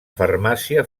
farmàcia